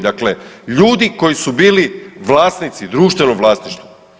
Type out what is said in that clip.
Dakle ljudi koji su bili vlasnici u društvenom vlasništvu.